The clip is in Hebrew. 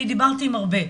ואני דיברתי עם הרבה,